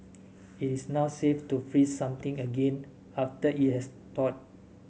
it is not safe to freeze something again after it has thawed